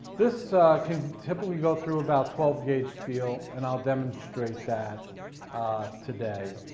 this can typically go through about twelve gauge steel and i'll demonstrate that today.